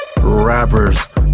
rappers